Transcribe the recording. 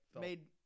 made